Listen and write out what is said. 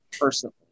personally